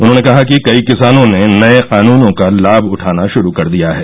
उन्होंने कहा कि कई किसानों ने नए कानूनों का लाभ उठाना शुरू कर दिया है